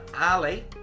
Ali